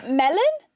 melon